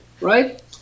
Right